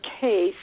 case